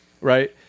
right